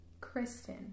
Kristen